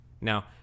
now